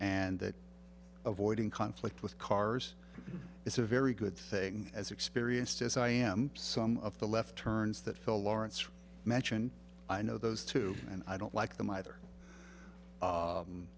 that avoiding conflict with cars is a very good thing as experienced as i am some of the left turns that phil lawrence mentioned i know those two and i don't like them either